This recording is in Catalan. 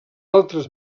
altres